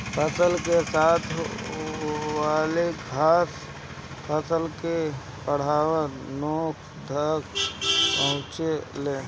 फसल के साथे वाली घास फसल के बहुत नोकसान पहुंचावे ले